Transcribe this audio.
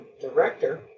director